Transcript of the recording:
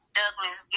Douglas